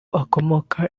akomoka